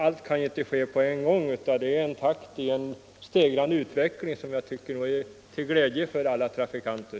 Allt kan inte ske på en gång, utan man får nöja sig med en stegrad utvecklingstakt, som är till glädje för alla trafikanter.